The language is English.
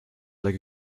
like